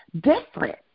different